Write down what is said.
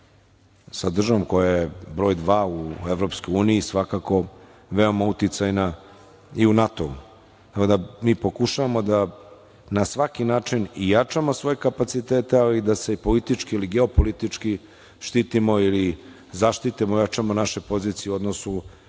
sa državom koja je broj dva u EU, svakako, veoma uticajna i u NATO-u. Mi pokušavamo da na svaki način i jačamo svoje kapacitete, ali i da se politički i geopolitički štitimo, ili zaštitimo i ojačamo naše pozicije u odnosu